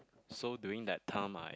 so during that time I